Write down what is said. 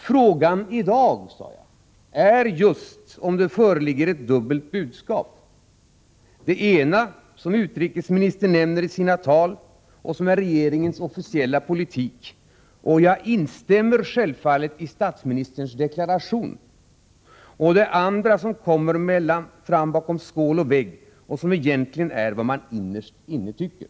Frågan i dag, sade jag, är just om det föreligger ett dubbelt budskap: det ena som utrikesministern nämner i sina tal och som är regeringens officiella politik — och jag instämmer självfallet i statsministerns deklaration — och det andra som kommer fram mellan skål och vägg och som egentligen är vad man innerst inne tycker.